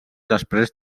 després